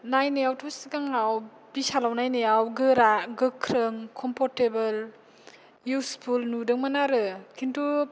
नायनायावथ' सिगांयाव बिसालाव नायनायाव गोरा गोख्रों कमपर्टेबोल इउसफुल नुदोंमोन आरो खिन्थु